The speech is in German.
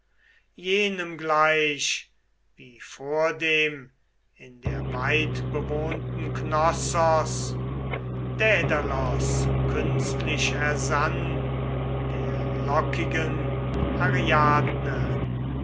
jenem gleich wie vordem in der weitbewohnten knossos dädalos künstlich ersann der lockigen